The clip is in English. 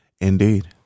Indeed